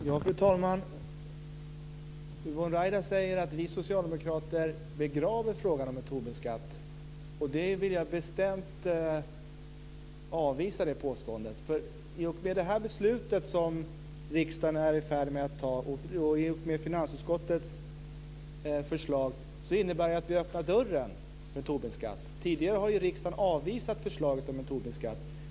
Fru talman! Yvonne Ruwaida säger att vi socialdemokrater begraver frågan om en Tobinskatt. Det påståendet vill jag bestämt avvisa. I och med det beslut som riksdagen är i färd att fatta, och i och med finansutskottets förslag, så öppnar vi dörren för en Tobinskatt. Tidigare har ju riksdagen avvisat förslaget om en Tobinskatt.